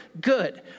good